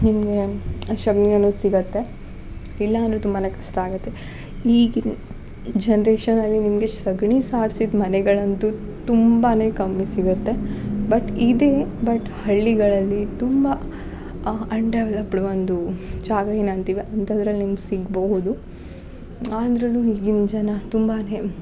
ನಿಮಗೆ ಸಗ್ಣಿಯನ್ನು ಸಿಗತ್ತೆ ಇಲ್ಲ ಅಂದರೆ ತುಂಬನೆ ಕಷ್ಟ ಆಗುತ್ತೆ ಈಗಿಂದು ಜನ್ರೇಷನಲ್ಲಿ ನಿಮಗೆ ಸಗಣಿ ಸಾರ್ಸಿದ ಮನೆಗಳಂತು ತುಂಬನೆ ಕಮ್ಮಿ ಸಿಗುತ್ತೆ ಬಟ್ ಇದೆ ಬಟ್ ಹಳ್ಳಿಗಳಲ್ಲಿ ತುಂಬ ಅನ್ಡೆವ್ಲಪ್ಡ್ ಒಂದು ಜಾಗ ಏನಂತಿವಿ ಅಂಥದ್ರಲ್ಲಿ ನಿಮ್ಗೆ ಸಿಗಬಹುದು ಆದರೂನು ಈಗಿನ ಜನ ತುಂಬಾನೇ